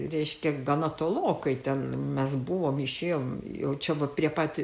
reiškia gana tolokai ten mes buvom išėjome jau čia va prie pat